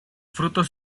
frutos